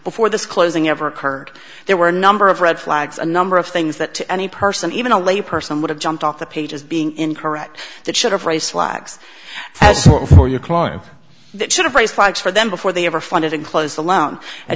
before the closing ever occurred there were a number of red flags a number of things that to any person even a lay person would have jumped off the page as being incorrect that should have raised flags for your client that should have raise flags for them before they ever funded and close the loan and